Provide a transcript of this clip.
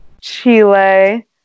Chile